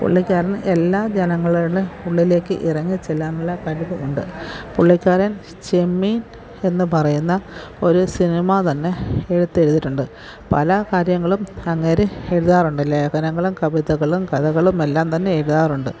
പുള്ളിക്കാരൻ എല്ലാ ജനങ്ങളൊടും ഉള്ളിലേക്ക് ഇറങ്ങിച്ചെല്ലാനുള്ള കഴിവ് ഉണ്ട് പുള്ളിക്കാരൻ ചെമ്മീൻ എന്നു പറയുന്ന ഒരു സിനിമ തന്നെ എടുത്തെഴുതിയിട്ടുണ്ട് പല കാര്യങ്ങളും അങ്ങേര് എഴുതാറുണ്ട് ലേഖനങ്ങളും കവിതകളും കഥകളും എല്ലാം തന്നെ എഴുതാറുണ്ട്